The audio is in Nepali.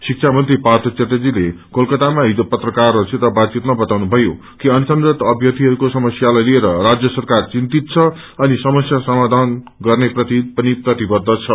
शिक्षा मंत्री पार्थ च्याटर्जीले कोलकातामा हिज पत्रकारहरूसित बातचितमा बताउनुभयो कि अनशनरत अभ्यर्थीहरूको समसलाई लिएर राज्य सरकार चिन्तित छ अनि समस्या समाधान गर्ने प्रति पनि प्रतिबद्ध छ